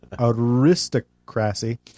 Aristocracy